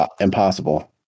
Impossible